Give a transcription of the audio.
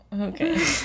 Okay